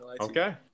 Okay